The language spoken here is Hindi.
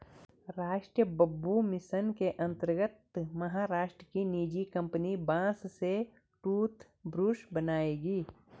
राष्ट्रीय बंबू मिशन के अंतर्गत महाराष्ट्र की निजी कंपनी बांस से टूथब्रश बनाएगी